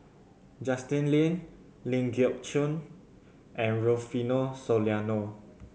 Justin Lean Ling Geok Choon and Rufino Soliano